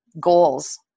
goals